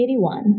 1981